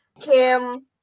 Kim